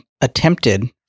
attempted